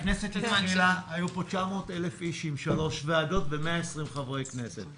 כשהכנסת התחילה היו פה 900,000 איש עם שלוש ועדות ו-120 חברי כנסת.